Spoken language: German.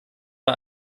bei